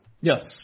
yes